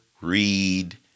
read